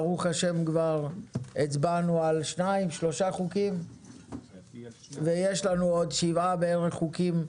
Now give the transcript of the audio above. וברוך השם כבר הצבענו על שניים-שלושה חוקים ויש לנו עוד כשבעה חוקים.